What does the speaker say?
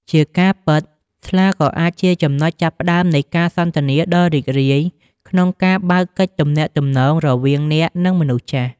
ជាការពិត ស្លាក៏អាចជាចំណុចចាប់ផ្តើមនៃការសន្ទនាដ៏រីករាយក្នុងការបើកកិច្ចទំនាក់ទំនង រវាងអ្នក និងមនុស្សចាស់។